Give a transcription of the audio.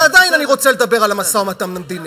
ועדיין אני רוצה לדבר על המשא-ומתן המדיני,